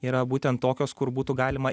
yra būtent tokios kur būtų galima